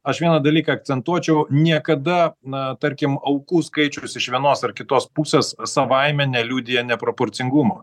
aš vieną dalyką akcentuočiau niekada na tarkim aukų skaičius iš vienos ar kitos pusės savaime neliudija neproporcingumo